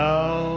Now